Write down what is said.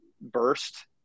burst